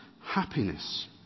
happiness